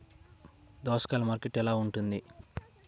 అసలు నేను భీమా పొందుటకు అర్హుడన కాదా?